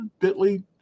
bitly